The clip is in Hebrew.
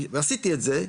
ועשיתי את זה,